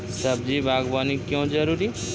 सब्जी बागवानी क्यो जरूरी?